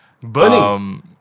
burning